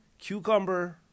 Cucumber